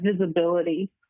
visibility